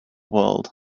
world